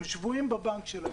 הם שבויים בבנק שלהם.